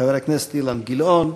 חבר הכנסת אילן גילאון,